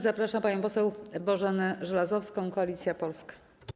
Zapraszam panią poseł Bożenę Żelazowską, Koalicja Polska.